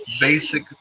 basic